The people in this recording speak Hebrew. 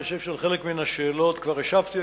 אני חושב שעל חלק מן השאלות כבר השבתי.